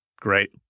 Great